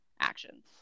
actions